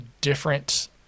different